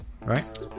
right